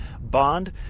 bond